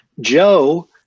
Joe